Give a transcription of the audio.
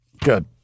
Good